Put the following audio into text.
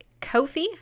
Kofi